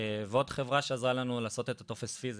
ועוד חברה שעזרה לנו לעשות את הטופס פיזי,